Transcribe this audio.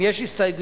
אם יש הסתייגויות,